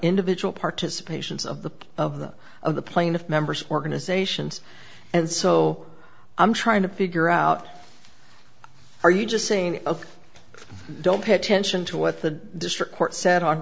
individual participations of the of the of the plaintiff members organizations and so i'm trying to figure out are you just saying ok don't pay attention to what the district court said on